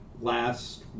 last